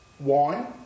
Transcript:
wine